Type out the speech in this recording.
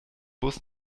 bus